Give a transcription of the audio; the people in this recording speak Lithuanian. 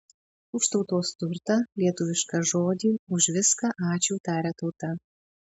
už tautos turtą lietuvišką žodį už viską ačiū taria tauta